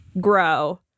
grow